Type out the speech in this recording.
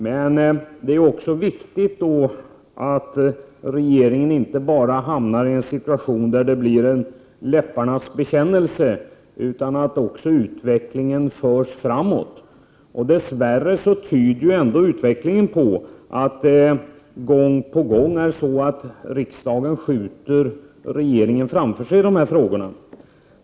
Men det är viktigt att regeringen inte hamnar i en situation där detta bara blir en läpparnas bekännelse. Utvecklingen måste också föras framåt. Dess värre tyder utvecklingen på att riksdagen gång på gång måste skjuta regeringen framför sig i dessa frågor.